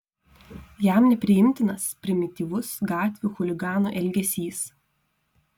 jam nepriimtinas primityvus gatvių chuliganų elgesys